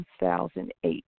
2008